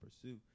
pursue